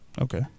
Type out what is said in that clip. okay